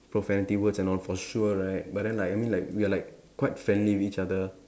profanity words and all for sure right but then like I mean like we are like quite friendly with each other